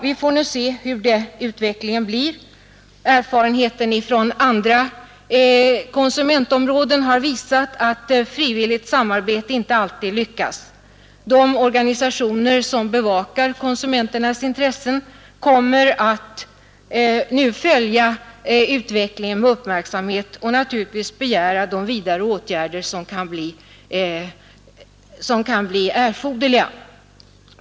Vi får nu se vilken utvecklingen blir — erfarenheten från andra konsumentområden har visat att frivilligt samarbete inte alltid lyckas. De organisationer som bevakar konsumenternas intressen kommer nu att följa utvecklingen med uppmärksamhet, och naturligtvis kommer de att begära vidtagande av de ytterligare åtgärder som kan bli erforderliga.